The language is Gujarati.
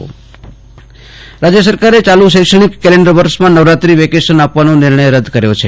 આસુતોષ અંતાણી સરકાર નવરાત્રિ વેકેશન રાજ્ય સરકારે ચાલુ શૈક્ષણિક કેલેન્ડર વર્ષમાં નવરાત્રિ વેકેશન આપવાનો નિર્ણય રદ કર્યો છે